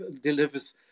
delivers